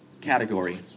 category